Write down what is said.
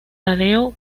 taddeo